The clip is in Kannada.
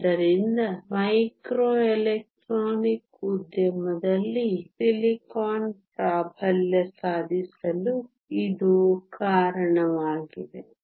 ಆದ್ದರಿಂದ ಮೈಕ್ರೋ ಎಲೆಕ್ಟ್ರಾನಿಕ್ಸ್ ಉದ್ಯಮದಲ್ಲಿ ಸಿಲಿಕಾನ್ ಪ್ರಾಬಲ್ಯ ಸಾಧಿಸಲು ಇದು ಕಾರಣವಾಗಿದೆ